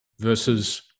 versus